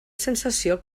sensació